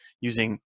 using